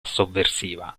sovversiva